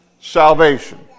salvation